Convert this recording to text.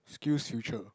SkillsFuture